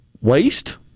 waste